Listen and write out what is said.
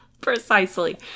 Precisely